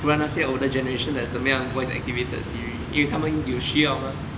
不然那些 older generation 的怎么样 voice activated Siri 因为他们有需要吗